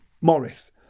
Morris